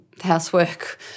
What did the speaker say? housework